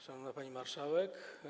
Szanowna Pani Marszałek!